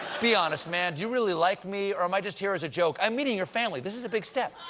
be honest, man, do you really like me, or am i just here as a joke? i'm meeting your family. this is a big step.